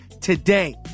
today